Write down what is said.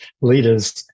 leaders